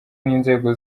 n’inzego